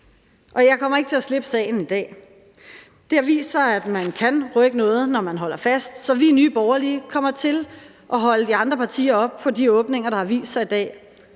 Og jeg kommer ikke til at slippe sagen i dag. Det har vist sig, at man kan rykke noget, når man holder fast, så vi i Nye Borgerlige kommer til holde de andre partier op på de åbninger, der har vist sig i dag,